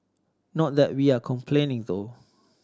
not that we are complaining though